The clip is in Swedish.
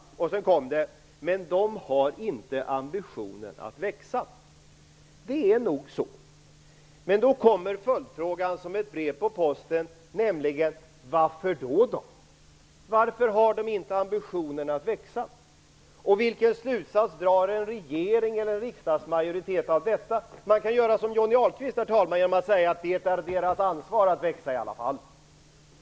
Så kom det: Men de har inte ambitionen att växa. Det är nog så, men då kommer följdfrågan som ett brev på posten: Varför då, varför har de inte ambitionen att växa? Vilken slutsats drar en regering eller en riksdagsmajoritet av detta? Man kan göra som Johnny Ahlqvist och säga att det är deras ansvar att växa i alla fall.